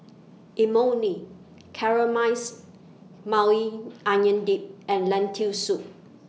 Imoni Caramized Maui Onion Dip and Lentil Soup